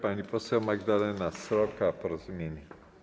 Pani poseł Magdalena Sroka, Porozumienie.